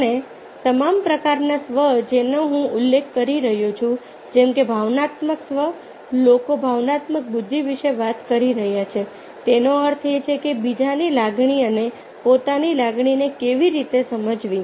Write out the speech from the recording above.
આ તમામ પ્રકારના સ્વ જેનો હું ઉલ્લેખ કરી રહ્યો છું જેમ કે ભાવનાત્મક સ્વ લોકો ભાવનાત્મક બુદ્ધિ વિશે વાત કરી રહ્યા છે તેનો અર્થ એ છે કે બીજાની લાગણી અને પોતાની લાગણીને કેવી રીતે સમજવી